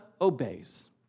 obeys